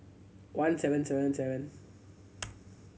one seven seven seven